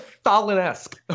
Stalin-esque